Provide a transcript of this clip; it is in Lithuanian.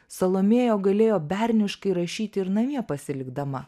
salomėja galėjo berniškai rašyti ir namie pasilikdama